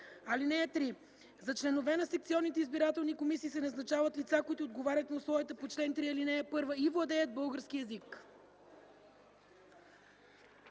език. (3) За членове на секционните избирателни комисии се назначават лица, които отговарят на условията по чл. 3, ал. 1 и владеят български език.